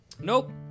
Nope